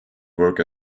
work